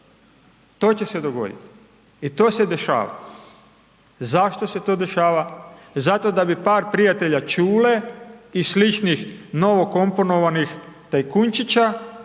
To će se dogoditi i to se dešava. Zašto se to dešava? Zato da bi par prijatelja Čule i sličnih novokomponovanih tajkunčića